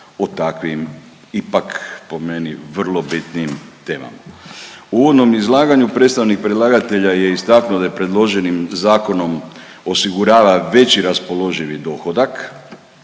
o takvim ipak po meni vrlo bitnim temama. U uvodnom izlaganju predstavnik predlagatelja je istaknuo da predloženim zakonom osigurava veći raspoloživi dohodak